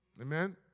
Amen